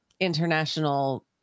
International